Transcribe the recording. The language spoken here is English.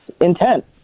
intent